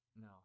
No